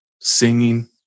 singing